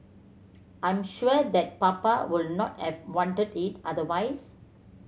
I'm sure that Papa would not have wanted it otherwise